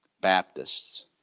Baptists